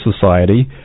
Society